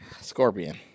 Scorpion